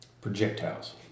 Projectiles